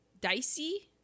Dicey